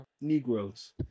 Negroes